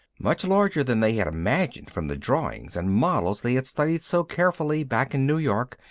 much larger than they had imagined from the drawings and models they had studied so carefully back in new york,